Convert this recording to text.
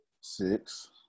six